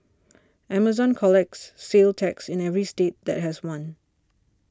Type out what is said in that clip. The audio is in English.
Amazon collects sales tax in every state that has one